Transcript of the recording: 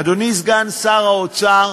אדוני סגן שר האוצר,